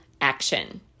action